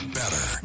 better